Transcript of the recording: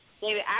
David